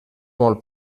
molt